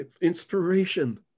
inspiration